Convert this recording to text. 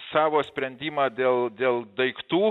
savo sprendimą dėl dėl daiktų